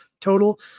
total